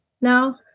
now